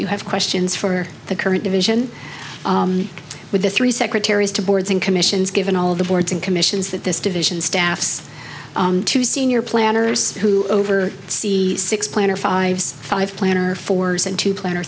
you have questions for the current division with the three secretaries to boards and commissions given all the boards and commissions that this division staffs two senior planners who over see six plan or five five plan or fours and two plan